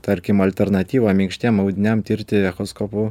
tarkim alternatyva minkštiem audiniam tirti echoskopu